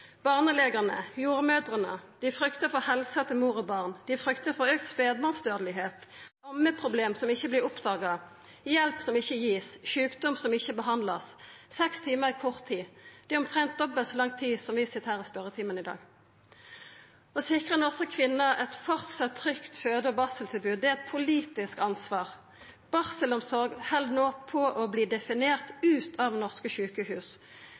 Barnelegane og jordmødrene fryktar for helsa til mor og barn. Dei fryktar for auka spedbarnsdødelegheit, ammeproblem som ikkje vert oppdaga, hjelp som ikkje vert gitt, sjukdom som ikkje vert behandla. Seks timar er kort tid. Det er omtrent dobbelt så lang tid som vi sit i spørjetimen her i dag. Å sikra norske kvinner eit framleis trygt føde- og barseltilbod er eit politisk ansvar. Barselomsorga held no på å verta definert ut av norske sjukehus.